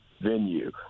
Venue